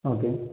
okay